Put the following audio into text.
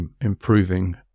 improving